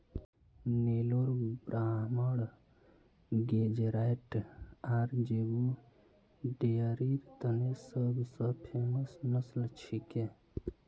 नेलोर ब्राह्मण गेज़रैट आर ज़ेबू डेयरीर तने सब स फेमस नस्ल छिके